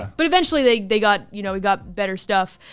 but eventually they they got you know got better stuff.